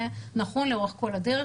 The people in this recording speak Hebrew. זה נכון לאורך כל הדרך,